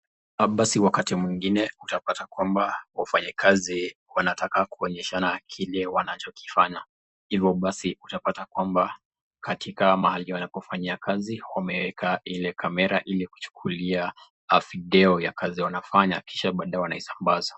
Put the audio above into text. Ah basi wakati mwingine utapata kwamba wafanyakazi wanataka kuonyeshana kile wanachokifanya. Hivyo basi utapata kwamba katika mahali wanapofanyia kazi wameweka ile kamera ili kuchukulia video ya kazi wanafanya kisha baadaye wanaiisambaza.